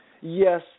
Yes